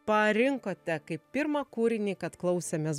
parinkote kaip pirmą kūrinį kad klausėmės